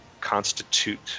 constitute